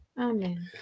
Amen